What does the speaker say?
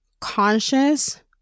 conscious